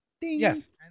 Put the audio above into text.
Yes